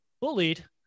bullied